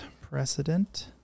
precedent